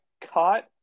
caught